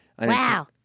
Wow